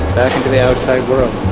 to the outside world.